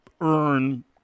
earn